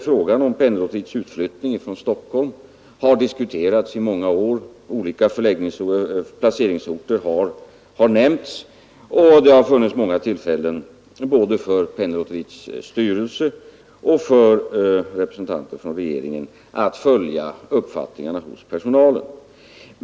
Frågan om Penninglotteriets utflyttning från Stockholm har diskuterats i många år, olika placeringsorter har nämnts och det har funnit många tillfällen både för Penninglotteriets styrelse och för representanter för regeringen att följa uppfattningarna hos personalen.